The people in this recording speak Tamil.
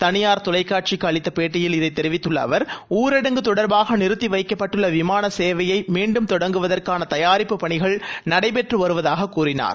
தனியார் தொலைக்காட்சிக்கு அளித்த பேட்டியில் இதைத் தெரிவித்துள்ள அவர் ஊரடங்கு தொடர்பாக நிறுத்தி வைக்கப்பட்டுள்ள விமான சேவையை மீண்டும் தொடங்குவதற்கான தயாரிப்புப் பணிகள் நடைபெற்று வருவதாக கூறினார்